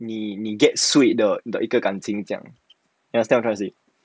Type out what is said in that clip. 你你 get swayed the the 一个感情这样 you understand what I'm trying to say